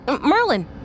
Merlin